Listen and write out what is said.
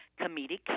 comedic